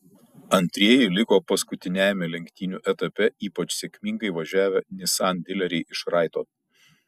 antrieji liko paskutiniajame lenktynių etape ypač sėkmingai važiavę nissan dileriai iš raito